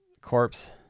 corpse